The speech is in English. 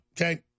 okay